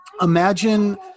Imagine